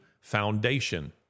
foundation